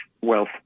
wealth